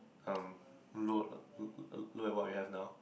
um look look at what we have now